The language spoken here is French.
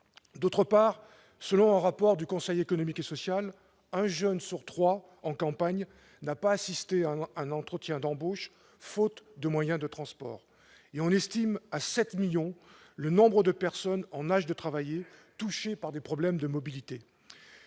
D'autre part, selon un rapport du Conseil économique, social et environnemental, un jeune sur trois en campagne n'a pas assisté à un entretien d'embauche faute de moyen de transport, et l'on estime à 7 millions le nombre de personnes en âge de travailler touchées par des problèmes de mobilité.